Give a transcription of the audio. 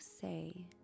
say